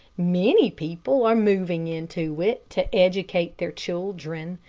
many people are moving into it, to educate their children.